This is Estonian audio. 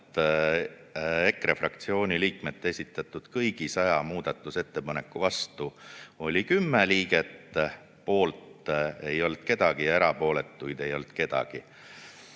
EKRE fraktsiooni liikmete esitatud kõigi 100 muudatusettepaneku vastu oli 10 liiget, poolt ei olnud keegi ja erapooletu ei olnud keegi.